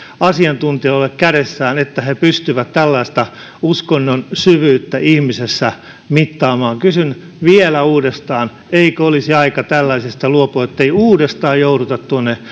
asiantuntijoilla olla kädessään että he pystyvät tällaista uskonnon syvyyttä ihmisessä mittaamaan kysyn vielä uudestaan eikö olisi aika tällaisesta luopua ettei uudestaan jouduta